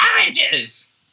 oranges